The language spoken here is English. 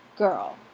Girl